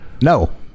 No